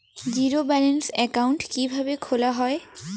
Zero balance account কিভাবে খোলা হয়?